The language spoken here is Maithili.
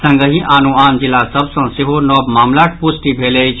संगहि आनो आन जिला सभ सँ सेहो नव मामिलाक पुष्टि भेल अछि